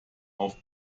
auf